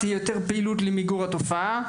תהיה יותר פעילות למיגור התופעה.